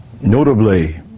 Notably